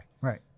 Right